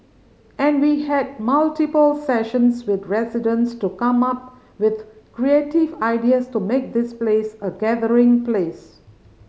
and we had multiple sessions with residents to come up with creative ideas to make this place a gathering place